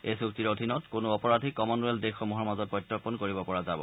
এই চুক্তিৰ অধীনত কোনো অপৰাধীক কমনৱেল্থ দেশসমূহৰ মাজত প্ৰত্যৰ্পণ কৰিব পৰা যাব